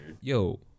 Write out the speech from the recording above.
Yo